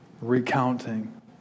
recounting